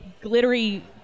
glittery